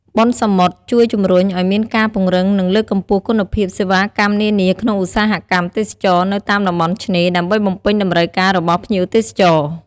បុណ្យសមុទ្រជួយជំរុញឲ្យមានការពង្រឹង និងលើកកម្ពស់គុណភាពសេវាកម្មនានាក្នុងឧស្សាហកម្មទេសចរណ៍នៅតាមតំបន់ឆ្នេរ ដើម្បីបំពេញតម្រូវការរបស់ភ្ញៀវទេសចរ។